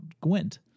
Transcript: Gwent